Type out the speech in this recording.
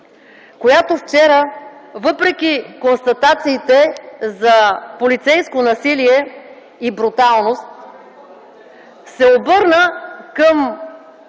която вчера въпреки констатациите за полицейско насилие и бруталност, се обърна към